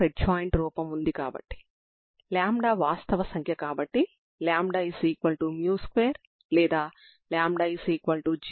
మనం ఈ రూపంలో వున్న పరిష్కారం కోసం వెతుకుతున్నాము తర్వాత మీరు దీనిని ఇచ్చిన తరంగ సమీకరణం లో ప్రతిక్షేపిస్తారు